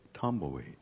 tumbleweed